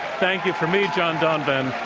thank you from me, john donvan,